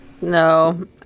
No